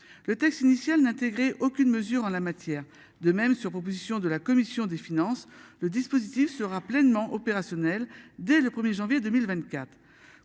Le texte initial d'intégrer aucune mesure en la matière. De même, sur proposition de la commission des finances. Le dispositif sera pleinement opérationnel dès le 1er janvier 2024.